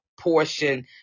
portion